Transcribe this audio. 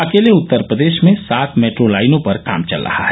अकेले उत्तर प्रदेश में सात मेट्रो लाइनों पर काम चल रहा है